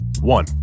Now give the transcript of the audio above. One